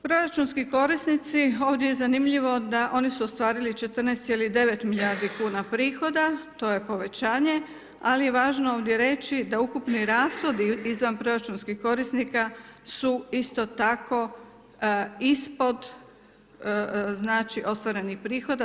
Proračunski korisnici, ovdje je zanimljivo da, oni su ostvarili 14,9 milijardi kuna prihoda, to je povećanje ali je važno ovdje reći da ukupni rashodi izvanproračunskih korisnika su isto tako ispod znači ostvarenih prihoda.